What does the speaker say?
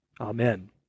Amen